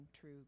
true